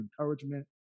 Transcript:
encouragement